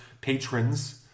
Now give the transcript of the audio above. patrons